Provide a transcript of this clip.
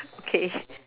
okay